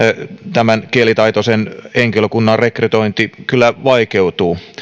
tämän kielitaitoisen henkilökunnan rekrytointi kyllä vaikeutuu